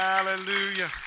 Hallelujah